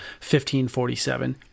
1547